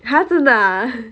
!huh! 真的 ah